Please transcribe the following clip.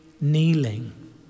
kneeling